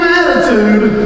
attitude